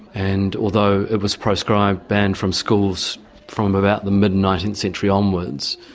and although it was proscribed banned from schools from about the mid nineteenth century onwards,